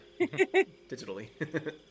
digitally